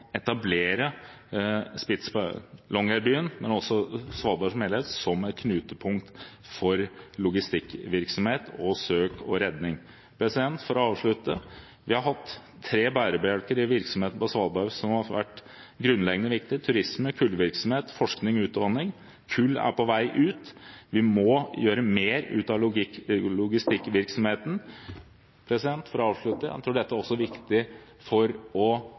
etablere ikke bare Longyearbyen, men også Svalbard som helhet som et knutepunkt for logistikkvirksomhet og søk og redning. For å avslutte: Vi har hatt tre bærebjelker i virksomheten på Svalbard som har vært grunnleggende viktig: turisme, kullvirksomhet, forskning og utdanning. Kull er på vei ut. Vi må gjøre mer ut av logistikkvirksomheten. . For å avslutte: Jeg tror dette også er viktig for å